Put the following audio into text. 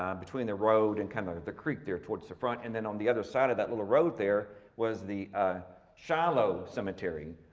um between the road and kinda the creek there towards the front. and then on the other side of that little road there was the shiloh cemetery,